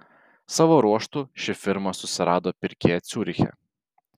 savo ruožtu ši firma susirado pirkėją ciuriche